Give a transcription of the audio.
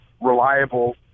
reliable –